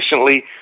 recently